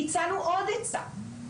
הצענו עוד הצעה,